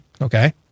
okay